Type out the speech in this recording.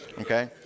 okay